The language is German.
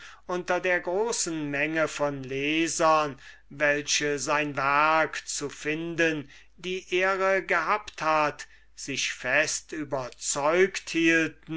unter der großen menge von lesern welche sein werk zu finden die ehre gehabt hat sich fest überzeugt